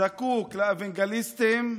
זקוק לאוונגליסטים,